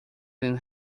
than